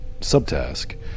subtask